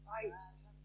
Christ